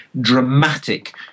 dramatic